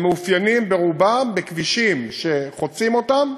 שהם מאופיינים, ברובם, בכבישים שחוצים אותם,